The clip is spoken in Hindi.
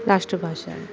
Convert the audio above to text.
राष्टभाषा है